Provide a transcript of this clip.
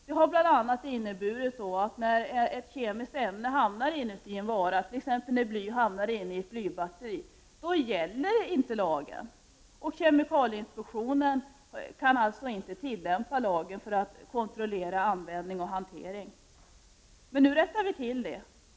Det har bl.a. inneburit att när ett kemiskt ämne hamnar i en vara, t.ex. när bly hamnar i ett blybatteri, gäller inte lagen. Kemikalieinspektionen kan alltså inte tillämpa lagen för att kontrollera användning och hantering. Men nu rättar vi till detta.